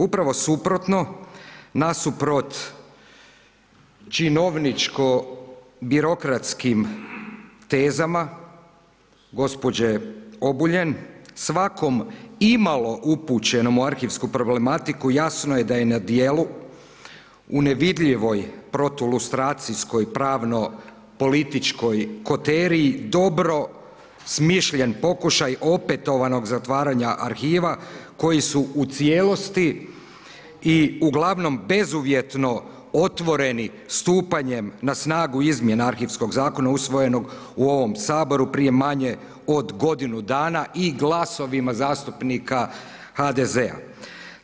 Upravo suprotno nasuprot činovničko birokratskim tezama gospođe Obuljen svakom imalo upućenom u arhivsku problematiku jasno je da je na djelu u nevidljivoj protulustracijskoj pravno politčkoj koteri dobro smišljen pokušaj opetovanog zatvaranja arhiva koji su u cijelosti i uglavnom bezuvjetno otvoreni stupanjem na snagu Izmjena arhivskog zakona usvojenog u ovom Saboru prije manje od godinu dana i glasovima zastupnika HDZ-a.